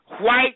white